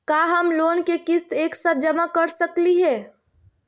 का हम लोन के किस्त एक साथ जमा कर सकली हे?